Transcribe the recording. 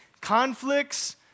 conflicts